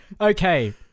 Okay